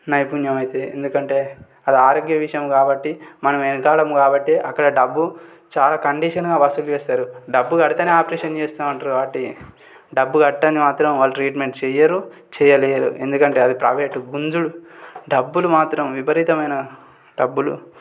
నైపుణ్యమవుతుంది ఎందుకంటే అది ఆరోగ్య విషయం కాబట్టి మనం వెనకాడము కాబట్టి అక్కడ డబ్బు చాలా కండిషన్గా వసూలు చేస్తారు డబ్బు కడితేనే ఆపరేషన్ చేస్తాము అంటారు కాబట్టి డబ్బు కట్టనిది మాత్రం వాళ్ళు ట్రీట్మెంట్ చేయరు చేయలేరు ఎందుకంటే అది ప్రైవేటు గుంజుడు డబ్బులు మాత్రం విపరీతమైన డబ్బులు